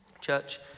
Church